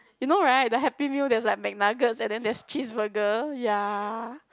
you know right the Happy Meal there is like Mcnuggets and then there is cheese burger ya